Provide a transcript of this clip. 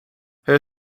her